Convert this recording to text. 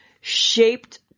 shaped